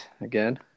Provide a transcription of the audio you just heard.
again